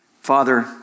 Father